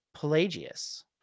Pelagius